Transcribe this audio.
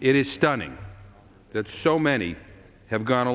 it is stunning that so many have gone